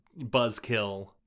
buzzkill